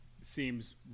seems